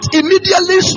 immediately